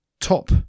top